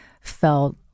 felt